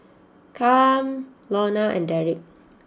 Cam Lona and Derick